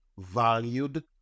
valued